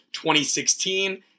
2016